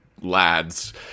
lads